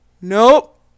nope